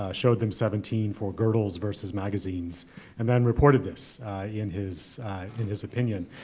ah showed them seventeen for girdles versus magazines and then reported this in his in his opinion.